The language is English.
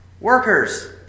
workers